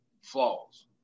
flaws